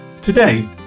Today